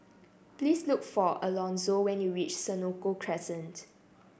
please look for Alonso when you reach Senoko Crescent